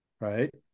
right